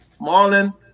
Marlon